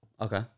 Okay